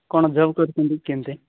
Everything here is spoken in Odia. କ'ଣ ଜବ୍ କରିଛନ୍ତି କେମିତି